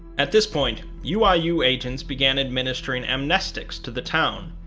at this point, uiu ah uiu agents began adminstering amnestics to the town,